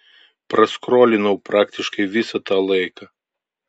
praskrolinau praktiškai visą tą laiką